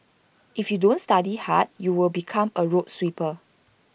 if you don't study hard you will become A road sweeper